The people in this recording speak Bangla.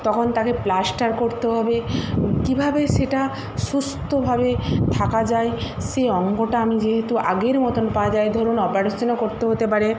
তখন তাকে প্লাস্টার করতে হবে কীভাবে সেটা সুস্তভাবে থাকা যায় সেই অঙ্গটা আমি যেহেতু আগের মতন পাওয়া যায় ধরুন অপারেশানও করতে হতে পারে